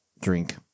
drink